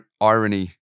Irony